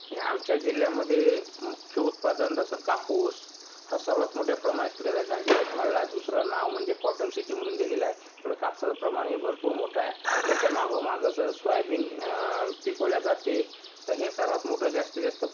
ह्या आमच्या जिल्ह्यामध्ये मुख्य उत्पादन जसं कापूस हा सर्वात मोठ्या प्रमाणात पिकत आहे कारण की यवतमाळला दुसरं नाव म्हणजे कॉटन सिटी म्हणून दिलेलं आहे थोडं कापसाचं प्रमाणही भरपूर मोठं आहे त्याच्या मागोमागच सोयाबीन पिकवल्या जाते तर हे सर्वात मोठं जास्तीत जास्त